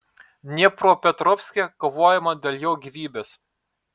dniepropetrovske kovojama dėl jo gyvybės